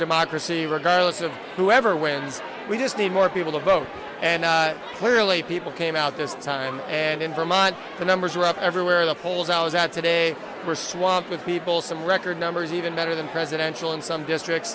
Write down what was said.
democracy regardless of whoever wins we just need more people to vote and clearly people came out this time and in vermont the numbers were up everywhere the polls i was out today were swamped with people some record numbers even better than presidential in some districts